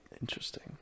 Interesting